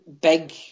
big